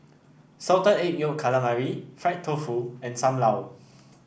Salted Egg Yolk Calamari Fried Tofu and Sam Lau